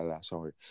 sorry